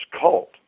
cult